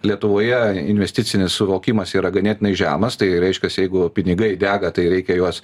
lietuvoje investicinis suvokimas yra ganėtinai žemas tai reiškias jeigu pinigai dega tai reikia juos